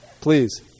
Please